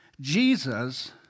Jesus